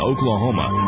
Oklahoma